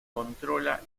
controla